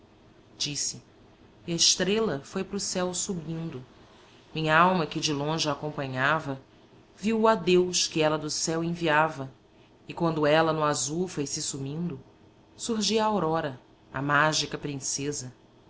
e a estrela foi pra o céu subindo minhalma que de longe a acompanhava viu o adeus que ela do céu enviava e quando ela no azul foi se sumindo surgia a aurora a mágica princesa